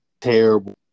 terrible